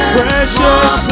Precious